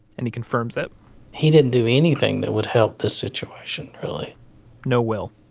and he confirms it he didn't do anything that would help the situation, really no will.